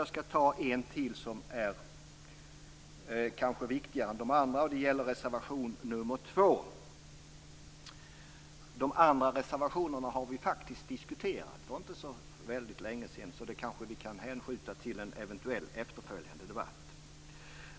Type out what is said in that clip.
Jag skall ta en till som kanske är viktigare än de andra. Det gäller reservation 2. De andra reservationerna har vi faktiskt diskuterat för inte så väldigt länge sedan, så det kanske vi kan hänskjuta till en eventuell efterföljande debatt.